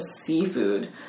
seafood